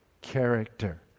character